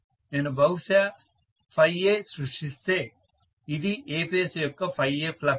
నేను బహుశా A సృష్టిస్తే ఇది A ఫేజ్ యొక్క A ఫ్లక్స్